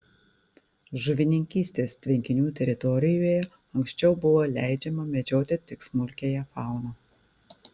žuvininkystės tvenkinių teritorijoje anksčiau buvo leidžiama medžioti tik smulkiąją fauną